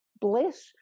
bliss